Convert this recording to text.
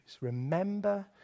Remember